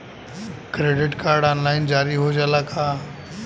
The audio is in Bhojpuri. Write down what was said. क्रेडिट कार्ड ऑनलाइन जारी हो जाला का?